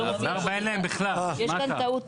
יש כאן טעות